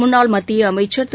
முள்ளாள் மத்திய அமைச்சர் திரு